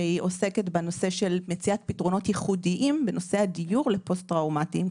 שעוסקת במציאת פתרונות ייחודיים בנושא הדיור לפוסט טראומטיים.